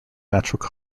natural